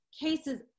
cases